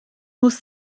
muss